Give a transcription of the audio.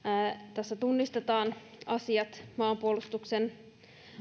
tässä tunnistetaan asiat maanpuolustuksen